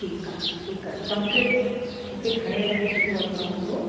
ठीकु आहे ठीकु आहे ठीकु आहे मूंखे मूंखे घणे लॻे सुबूह जो अचिणो हुंदो